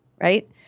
right